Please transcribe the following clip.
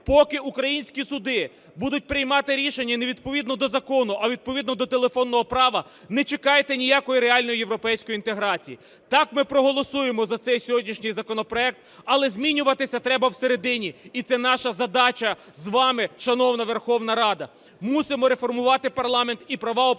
Поки українські суди будуть приймати рішення не відповідно до закону, а відповідно до телефонного права, не чекайте ніякої реальної європейської інтеграції. Так, ми проголосуємо за цей сьогоднішній законопроект, але змінюватися треба всередині, і це наша задача з вами, шановна Верховна Рада. Мусимо реформувати парламент, і права опозиції